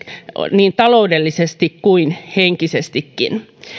niin taloudellisesti kuin henkisestikin